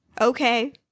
Okay